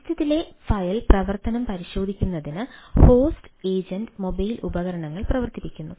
സിസ്റ്റത്തിലെ ഫയൽ പ്രവർത്തനം പരിശോധിക്കുന്നതിന് ഹോസ്റ്റ് ഏജന്റ് മൊബൈൽ ഉപകരണങ്ങൾ പ്രവർത്തിപ്പിക്കുന്നു